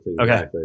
Okay